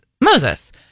Moses